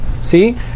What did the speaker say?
see